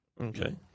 Okay